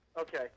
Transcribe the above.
Okay